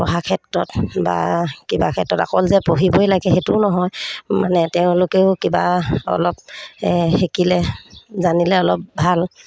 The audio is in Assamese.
পঢ়া ক্ষেত্ৰত বা কিবা ক্ষেত্ৰত অকল যে পঢ়িবই লাগে সেইটোও নহয় মানে তেওঁলোকেও কিবা অলপ শিকিলে জানিলে অলপ ভাল